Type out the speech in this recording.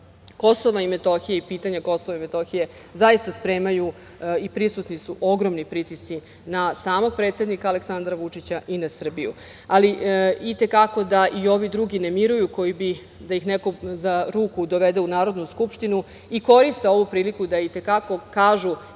se zbog KiM i pitanja KiM zaista spremaju i prisutni suogromni pritisci na samog predsednika Aleksandra Vučića i na Srbiju. Ali, i te kako da i ovi drugi ne miruju koji bi da ih neko za ruku dovode u Narodnu skupštinu i koriste ovu priliku da i te kako kažu